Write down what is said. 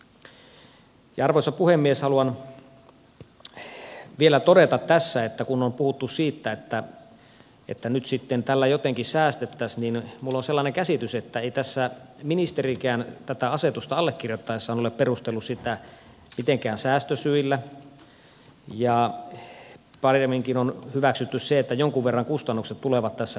haluan vielä todeta tässä että kun on puhuttu siitä että nyt sitten tällä jotenkin säästettäisiin niin minulla on sellainen käsitys että ei tässä ministerikään tätä asetusta allekirjoittaessaan ole perustellut sitä mitenkään säästösyillä ja paremminkin on hyväksytty että jonkun verran kustannukset tulevat tässä nousemaan